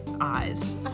eyes